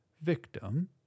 Victim